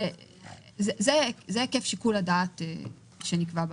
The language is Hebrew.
זה היקף שיקול הדעת שנקבע בחוק.